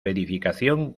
edificación